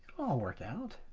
work out.